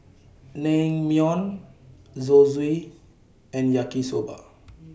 Naengmyeon Zosui and Yaki Soba